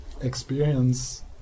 experience